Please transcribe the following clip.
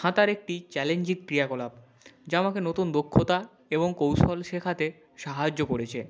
সাঁতার একটি চ্যালেঞ্জিং ক্রিয়াকলাপ যা আমাকে নতুন দক্ষতা এবং কৌশল শেখাতে সাহায্য করেছে